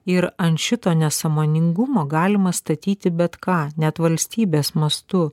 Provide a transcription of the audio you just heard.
ir ant šito nesąmoningumo galima statyti bet ką net valstybės mastu